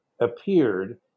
appeared